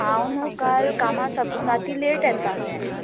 हांव न्हू काल कामां साकून राती लेट येतालें